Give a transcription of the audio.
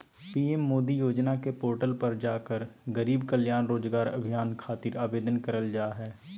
PM Modi योजना के portal पर जाकर गरीब कल्याण रोजगार अभियान खातिर आवेदन करल जा हय